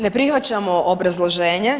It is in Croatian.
Ne prihvaćamo obrazloženje.